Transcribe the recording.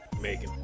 Megan